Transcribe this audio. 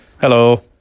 Hello